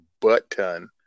Button